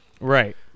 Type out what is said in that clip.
Right